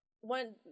one